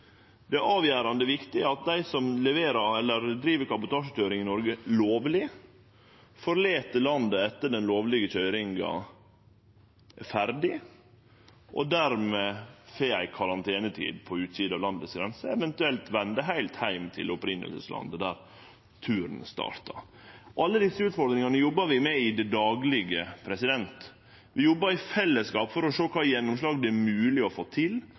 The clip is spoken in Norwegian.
Det er avgjerande viktig at dei som driv kabotasjekøyring i Noreg lovleg, forlèt landet etter at den lovlege køyringa er ferdig, og dermed får ei karantenetid på utsida av landegrensene, eventuelt vender heilt heim til opphavslandet, der turen starta. Alle desse utfordringane jobbar vi med i det daglege. Vi jobbar i fellesskap for å sjå kva gjennomslag det er mogleg å få til,